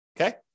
Okay